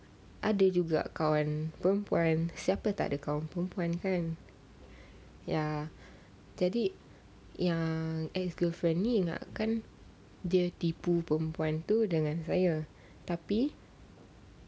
ada juga kawan perempuan takkan tak ada kawan perempuan kan ya jadi yang ex girlfriend ingatkan dia tipu perempuan tu dengan saya tapi